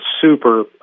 super